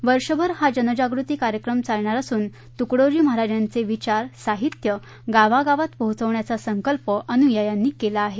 एक वर्ष भर हा जनजागृती कार्यक्रम चालणार असून तुकडोजी महाराजांचे विचार साहित्य गावा गावात पोचवण्याचा संकल्प अनुयायांनी केला आहे